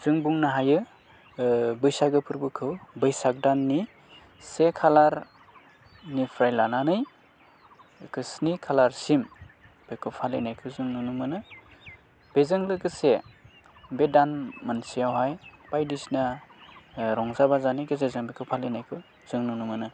जों बुंनो हायो बैसागो फोरबोखौ बैसाग दाननि से खालारनिफ्राय लानानै स्नि खालारसिम बेखौ फालिनायखौ जों नुनो मोनो बेजों लोगोसे बे दान मोनसेयावहाय बायदिसिना रंजा बाजानि गेजेरजों बेखौ फालिनायखौ जों नुनो मोनो